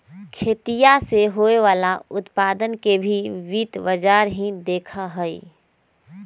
खेतीया से होवे वाला उत्पादन के भी वित्त बाजार ही देखा हई